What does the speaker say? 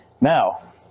Now